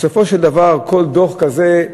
בסופו של דבר, כל דוח כזה,